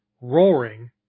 roaring